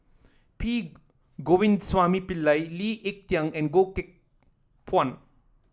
P Govindasamy Pillai Lee Ek Tieng and Goh Teck Phuan